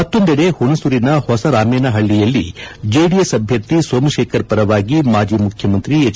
ಮತ್ತೊಂದೆಡೆ ಹುಣಸೂರಿನ ಹೊಸ ರಾಮೇನಹಳ್ಳಿಯಲ್ಲಿ ಜೆಡಿಎಸ್ ಅಭ್ದರ್ಥಿ ಸೋಮಶೇಖರ್ ಪರವಾಗಿ ಮಾಜಿ ಮುಖ್ಯಮಂತ್ರಿ ಎಚ್